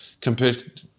compared